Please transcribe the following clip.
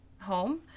home